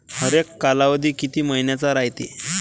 हरेक कालावधी किती मइन्याचा रायते?